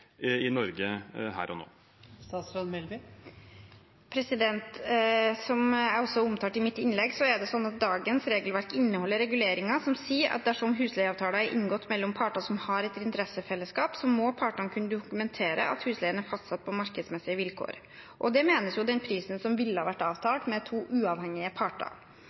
i Norge her og nå? Som jeg også omtalte i mitt innlegg, inneholder også dagens regelverk reguleringer som sier at dersom husleieavtaler er inngått mellom parter som har et interessefellesskap, må partene kunne dokumentere at husleien er fastsatt på markedsmessige vilkår. Med det menes den prisen som ville vært avtalt mellom to uavhengige parter.